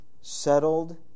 settled